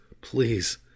please